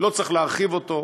לא צריך להרחיב אותו.